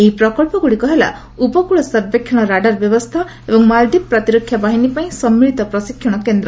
ଏହି ପ୍ରକଳ୍ପଗୁଡ଼ିକ ହେଲା ଉପକୃଳ ସର୍ବେକ୍ଷଣ ରାଡାର୍ ବ୍ୟବସ୍ଥା ଏବଂ ମାଳଦ୍ୱୀପ ପ୍ରତିରକ୍ଷା ବାହିନୀ ପାଇଁ ସମ୍ମିଳିତ ପ୍ରଶିକ୍ଷଣ କେନ୍ଦ୍ର